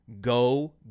go